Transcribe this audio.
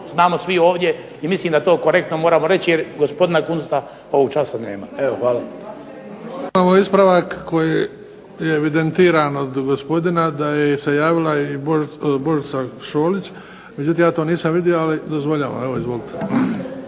znamo svi ovdje i mislim da to korektno moramo reći jer gospodina Kunsta ovoga časa nema. **Bebić,